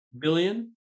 billion